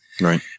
Right